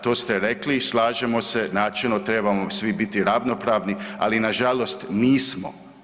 To ste rekli i slažemo se, načelno trebamo svi biti ravnopravni, ali nažalost nismo.